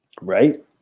right